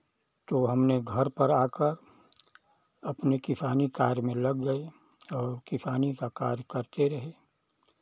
तो हमने घर पर आकर अपने किसानी कार्य में लग गए और किसानी का कार्य करते रहे